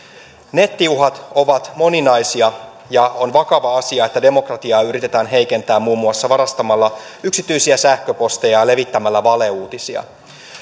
nettiuhat ovat moninaisia ja on vakava asia että demokratiaa yritetään heikentää muun muassa varastamalla yksityisiä sähköposteja ja levittämällä valeuutisia